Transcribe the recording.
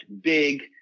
big